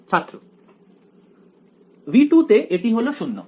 ছাত্র V2 তে এটি হলো 0